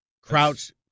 Crouch